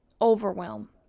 overwhelm